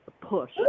push